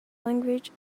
language